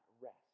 rest